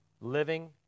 living